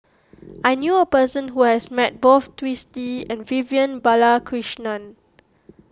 I knew a person who has met both Twisstii and Vivian Balakrishnan